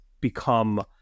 become